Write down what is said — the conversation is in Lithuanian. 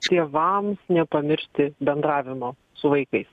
tėvams nepamiršti bendravimo su vaikais